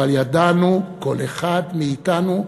אבל ידענו, כל אחד מאתנו,